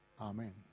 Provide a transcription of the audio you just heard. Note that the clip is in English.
Amen